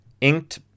inked